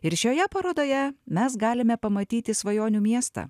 ir šioje parodoje mes galime pamatyti svajonių miestą